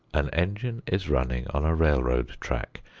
an engine is running on a railroad track.